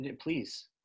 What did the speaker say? Please